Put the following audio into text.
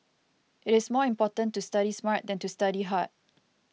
it is more important to study smart than to study hard